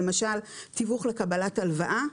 למשל תיווך לקבלת הלוואה,